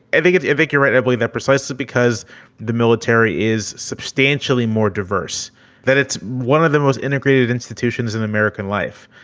i think it's invigorate heavily that precisely because the military is substantially more diverse than it's one of the most integrated institutions in american life.